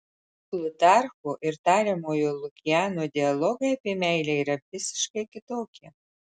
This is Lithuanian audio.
plutarcho ir tariamojo lukiano dialogai apie meilę yra visiškai kitokie